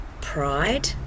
pride